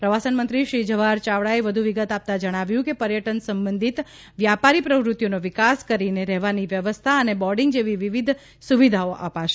પ્રવાસન મંત્રી શ્રી જવાહર ચાવડાએ વધુ વિગત આપતાં જણાવ્યુ કે પર્યટન સંબંઘિત વ્યાપારી પ્રવૃતિઓનો વિકાસ કરીને રહેવાની વ્યવસ્થા અને બોર્ડિંગ જેવી વિવિધ સુવિધાઓ આપશે